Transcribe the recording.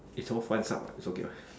it all fun some it's okay what